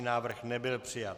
Návrh nebyl přijat.